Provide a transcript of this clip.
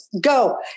go